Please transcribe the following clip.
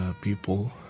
people